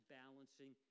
balancing